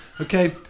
Okay